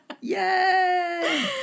Yay